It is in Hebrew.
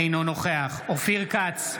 אינו נוכח אופיר כץ,